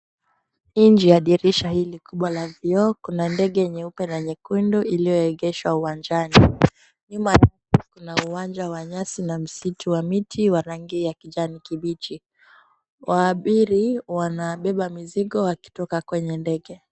Nje ya dirishi hili kubwa la vioo kuna ndege nyeupe na nyekundu iliyoegeshwa uwanjani. nyuma ya kuna uwanja wa nyasi na msitu wa miti wa rangi ya kijani kibichi. Waabiri wanabeba mizigo wakitoka kwenye ndege.